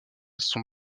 sont